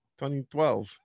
2012